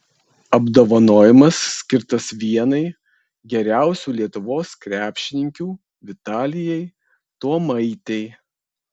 apdovanojimas skirtas vienai geriausių lietuvos krepšininkių vitalijai tuomaitei